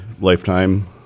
lifetime